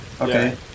Okay